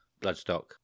Bloodstock